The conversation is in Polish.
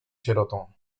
sierotą